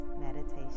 Meditation